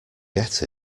get